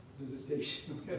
visitation